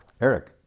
Eric